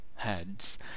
Heads